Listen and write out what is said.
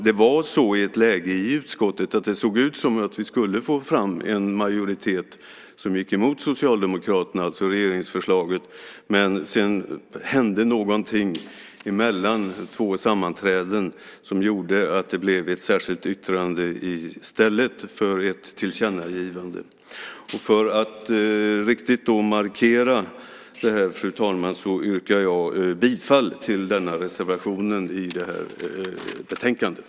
Det var ett läge i utskottet då det såg ut som om vi skulle få fram en majoritet som gick emot Socialdemokraterna, alltså regeringsförslaget, men sedan hände någonting mellan två sammanträden som gjorde att det blev ett särskilt yttrande i stället för ett tillkännagivande. För att riktigt markera detta, fru talman, yrkar jag bifall till reservationen i det här betänkandet.